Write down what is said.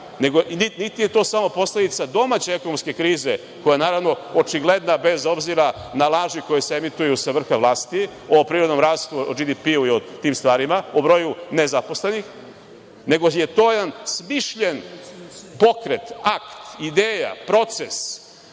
niti je to samo posledica domaće ekonomske krize, koja je, naravno, očigledna, bez obzira na laži koje se emituju sa vrha vlasti o privrednom rastu, o BDP-u i o tim stvarima, po broju nezaposlenih, nego je to jedan smišljen pokret, akt, ideja, proces